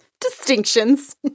Distinctions